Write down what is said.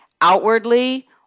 outwardly